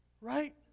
right